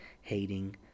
hating